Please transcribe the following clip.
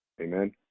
Amen